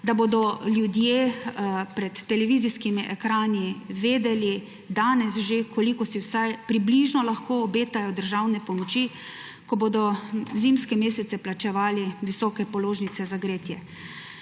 da bodo ljudje pred televizijskimi ekrani vedeli že danes, koliko si vsaj približno lahko obetajo državne pomoči, ko bodo zimske mesece plačevali visoke položnice za gretje,